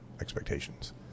expectations